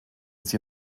sie